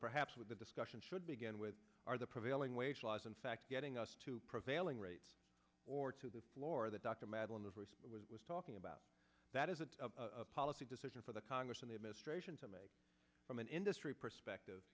perhaps with the discussion should begin with are the prevailing wage laws in fact getting us to veiling race or to the floor the doctor madeline the voice was talking about that is it of a policy decision for the congress and the administration to make from an industry perspective